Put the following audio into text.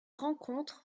rencontre